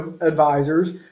advisors